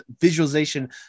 visualization